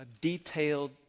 detailed